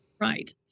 Right